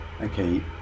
okay